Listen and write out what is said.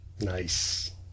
Nice